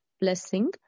blessing